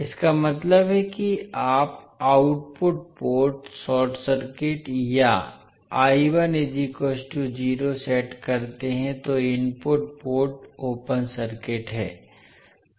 इसका मतलब है कि आप आउटपुट पोर्ट शॉर्ट सर्किट या सेट करते हैं जो इनपुट पोर्ट ओपन सर्किट है